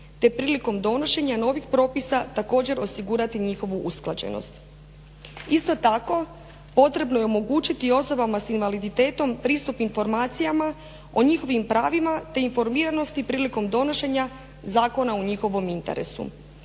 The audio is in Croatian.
te prilikom donošenja novih propisa također osigurati njihovu usklađenost. Isto tako, potrebno je omogućiti i osobama sa invaliditetom pristup informacijama o njihovim pravima, te informiranosti prilikom donošenja zakona u njihovom interesu.